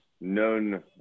known